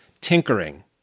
tinkering